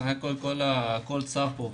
בסך הכול כל הדברים הוצפו פה,